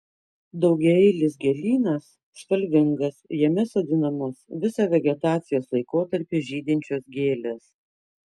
daugiaeilis gėlynas spalvingas jame sodinamos visą vegetacijos laikotarpį žydinčios gėlės